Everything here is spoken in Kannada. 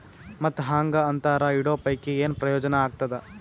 ಮತ್ತ್ ಹಾಂಗಾ ಅಂತರ ಇಡೋ ಪೈಕಿ, ಏನ್ ಪ್ರಯೋಜನ ಆಗ್ತಾದ?